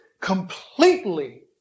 completely